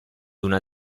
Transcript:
una